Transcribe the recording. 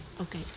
Okay